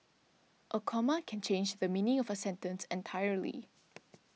a comma can change the meaning of a sentence entirely